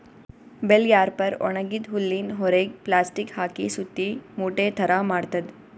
bell wrapper ಒಣಗಿದ್ದ್ ಹುಲ್ಲಿನ್ ಹೊರೆಗ್ ಪ್ಲಾಸ್ಟಿಕ್ ಹಾಕಿ ಸುತ್ತಿ ಮೂಟೆ ಥರಾ ಮಾಡ್ತದ್